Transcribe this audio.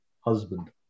husband